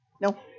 No